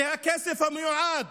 כי הכסף המיועד